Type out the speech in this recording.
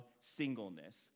singleness